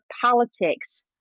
politics